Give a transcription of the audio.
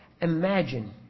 Imagine